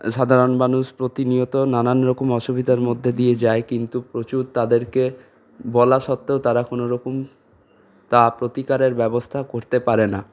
সাধারণ মানুষ প্রতিনিয়ত নানানরকম অসুবিধার মধ্যে দিয়ে যায় কিন্তু প্রচুর তাদেরকে বলা সত্ত্বেও তারা কোনোরকম তা প্রতিকারের ব্যবস্থা করতে পারে না